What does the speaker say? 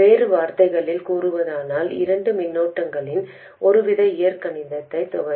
வேறு வார்த்தைகளில் கூறுவதானால் இரண்டு மின்னோட்டங்களின் ஒருவித இயற்கணிதத் தொகை